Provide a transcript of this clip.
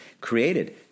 created